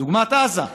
דוגמת עזה.